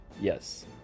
yes